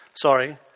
Sorry